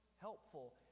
helpful